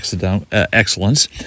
Excellence